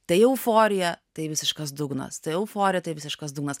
tai euforija tai visiškas dugnas tai euforija tai visiškas dugnas